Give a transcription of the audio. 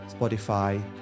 Spotify